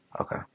Okay